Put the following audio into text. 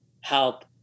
help